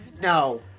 no